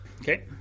Okay